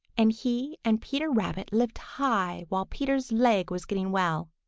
and he and peter rabbit lived high while peter's leg was getting well.